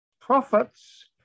prophets